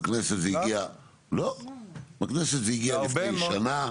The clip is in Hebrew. בכנסת זה הגיע לפני שנה,